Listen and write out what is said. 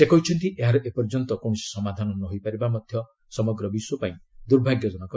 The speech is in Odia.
ସେ କହିଛନ୍ତି ଏହାର ଏପର୍ଯ୍ୟନ୍ତ କୌଣସି ସମାଧାନ ନହୋଇ ପାରିବା ମଧ୍ୟ ସମଗ୍ର ବିଶ୍ୱ ପାଇଁ ଦୁର୍ଭାଗ୍ୟଜନକ